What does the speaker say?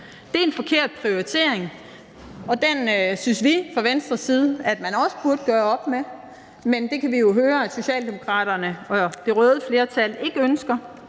Det er en forkert prioritering, og den synes vi fra Venstres side at man også burde gøre op med, men det kan vi jo høre at Socialdemokraterne og det røde flertal ikke ønsker.